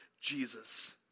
Jesus